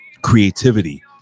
creativity